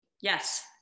Yes